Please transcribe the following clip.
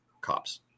cops